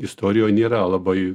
istorijoj nėra labai